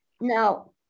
now